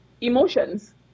emotions